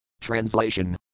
TRANSLATION